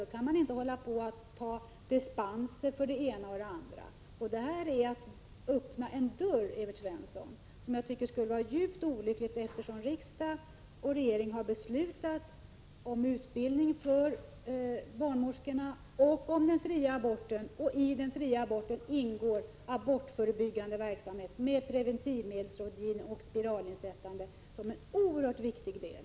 Då kan man inte få dispenser för det ena och det andra. Socialdemokraternas förslag, Evert Svensson, innebär att man öppnar en dörr. Detta skulle vara djupt olyckligt, eftersom riksdag och regering har beslutat om utbildning för barnmorskorna och om den fria aborten. I beslutet om den fria aborten ingår att det skall finnas abortförebyggande verksamhet med preventivmedelsrådgivning och spiralinsättande som en oerhört viktig del.